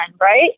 Right